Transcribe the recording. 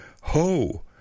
Ho